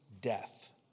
death